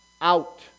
out